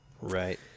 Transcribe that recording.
Right